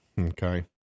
okay